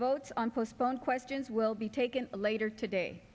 votes on postpone questions will be taken later today